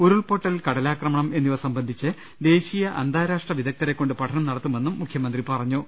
ഉരുൾപൊട്ടൽ കടലാക്രമണം എന്നിവ സംബന്ധിച്ച് ദേശീയ അന്താരാഷ്ട്ര വിദഗ്ദ്ധരെക്കൊണ്ട് പഠനം നടത്തു മെന്നും മുഖ്യമന്ത്രി പറഞ്ഞു